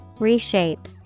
Reshape